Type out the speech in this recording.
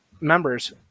members